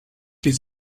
les